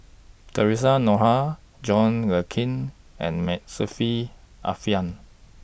Theresa Noronha John Le Cain and May Saffri Are Manaf